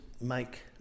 make